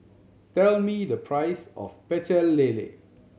tell me the price of Pecel Lele